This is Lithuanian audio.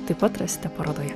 taip pat rasite parodoje